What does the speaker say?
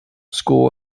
school